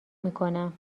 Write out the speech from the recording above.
میکنم